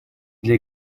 для